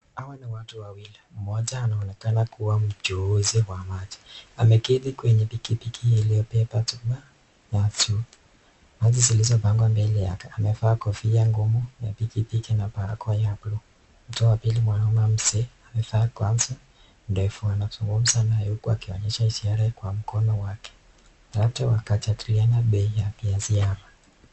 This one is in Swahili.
Hawa ni watu wawili mmoja anaonekana kua ni mchuuzi wa maji. Ameketi kwenye pikipiki iliyobeba chupa. Maji zimepangwa mbele yake. Mtu wa pili mwanamume mzee amevaa kanzu nyeupe ndefu anazungumza naye huku akionyesha ishara kwa mkono wake huenda kujadiliana bei ya maji.